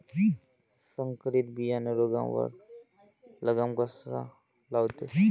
संकरीत बियानं रोगावर लगाम कसा लावते?